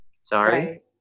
Sorry